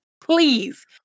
Please